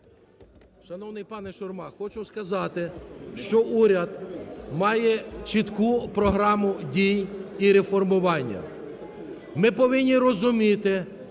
Шановний пане Шурма, хочу сказати, що уряд має чітку програму дій і реформування. Ми повинні розуміти,